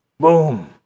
Boom